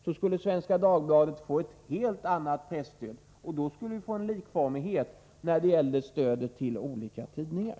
Då skulle Svenska Dagbladet få ett helt annat presstöd. Vi skulle få likformighet när det gäller stödet till olika tidningar.